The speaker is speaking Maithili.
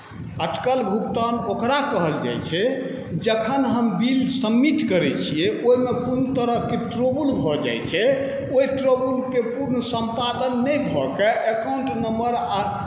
अटकल भुगतान ओकरा कहल जाइत छै जखन हम बिल सम्मिट करैत छियै ओहिमे कोनो तरहके ट्रबुल भऽ जाइत छै ओहि ट्रबुलकेँ पूर्ण सम्पादन नहि भऽ के अकाउण्ट नम्बर आ